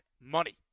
money